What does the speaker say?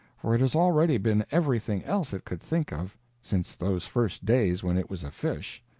for it has already been everything else it could think of since those first days when it was a fish.